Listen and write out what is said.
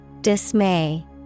Dismay